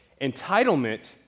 Entitlement